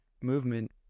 movement